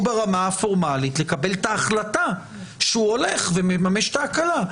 ברמה הפורמלית לקבל את ההחלטה שהוא הולך ומממש את ההקלה.